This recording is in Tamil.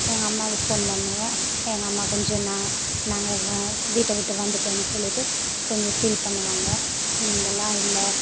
எங்கள் அம்மாவுக்கு ஃபோன் பண்ணுவோம் எங்கள் அம்மா கொஞ்சம் நான் நாங்கள் வா வீட்டை விட்டு வந்துவிட்டோன்னு சொல்லிவிட்டு கொஞ்சம் ஃபீல் பண்ணுவாங்க நீங்கெல்லாம் இல்லை